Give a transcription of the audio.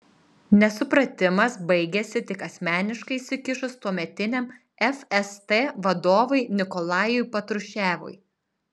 nesupratimas baigėsi tik asmeniškai įsikišus tuometiniam fst vadovui nikolajui patruševui